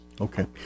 Okay